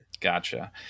Gotcha